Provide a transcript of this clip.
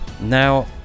Now